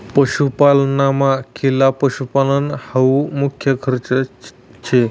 पशुपालनमा खिला पशुपालन हावू मुख्य खर्च शे